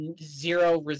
zero